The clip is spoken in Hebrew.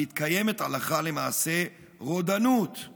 מתקיימת הלכה למעשה רודנות";